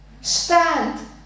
Stand